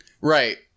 right